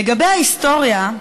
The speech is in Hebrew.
לגבי ההיסטוריה,